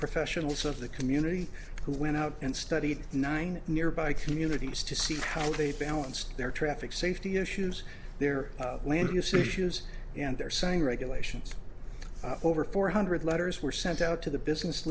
professionals of the community who went out and studied nine nearby communities to see how they balanced their traffic safety issues their land use issues and they're saying regulations over four hundred letters were sent out to the business